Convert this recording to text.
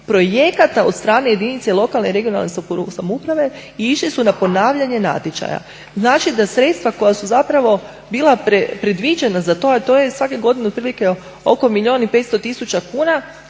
projekata od strane jedinice lokalne i regionalne samouprave i išli su na ponavljanje natječaja. Znači da sredstva koja su zapravo bila predviđena za to, a to je svake godine otprilike oko milijun i 500 tisuća kuna